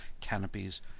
canopies